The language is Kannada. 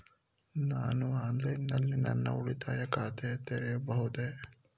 ನಾನು ಆನ್ಲೈನ್ ನಲ್ಲಿ ನನ್ನ ಉಳಿತಾಯ ಖಾತೆ ತೆರೆಯಬಹುದೇ?